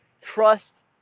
trust